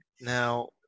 Now